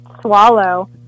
swallow